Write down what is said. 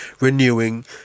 renewing